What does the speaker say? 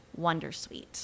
wondersuite